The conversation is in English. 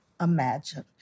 imagine